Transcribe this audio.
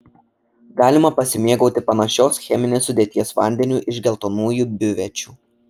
galima pasimėgauti panašios cheminės sudėties vandeniu iš geltonųjų biuvečių